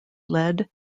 led